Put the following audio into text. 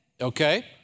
Okay